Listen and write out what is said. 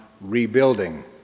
rebuilding